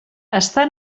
està